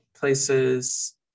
places